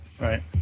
Right